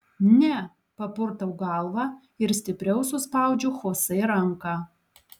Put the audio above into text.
ne papurtau galvą ir stipriau suspaudžiu chosė ranką